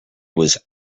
was